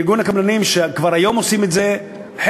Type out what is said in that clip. מארגון הקבלנים, עושים את זה כבר היום.